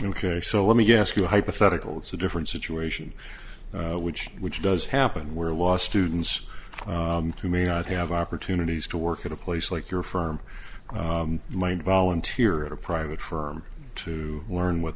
carry so let me ask you a hypothetical it's a different situation which which does happen where law students who may not have opportunities to work at a place like your firm mind volunteer at a private firm to learn what